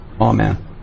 Amen